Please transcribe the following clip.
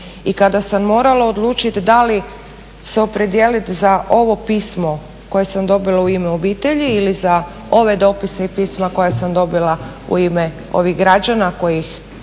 I kada sam morala odlučiti da li se opredijelit za ovo pismo koje sam dobila "U ime obitelji" ili za ove dopise i pisma koja sam dobila u ime ovih građana koji